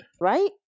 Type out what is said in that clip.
Right